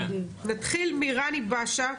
נתחיל מראני באשה,